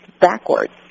backwards